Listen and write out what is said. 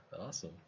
Awesome